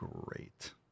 Great